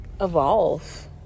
evolve